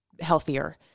healthier